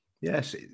Yes